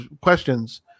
questions